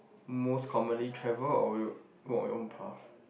most commonly travel on your for your own path